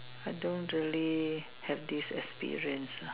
I don't really have this experience lah